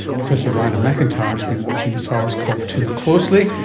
professor raina macintyre has been watching sars cov two closely.